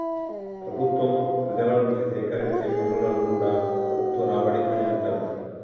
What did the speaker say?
ప్రభుత్వం ప్రజల నుంచి సేకరించే పన్నులను కూడా ప్రభుత్వ రాబడి అనే అంటరు